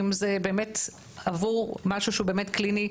האם זה באמת עבור משהו שהוא באמת קליני,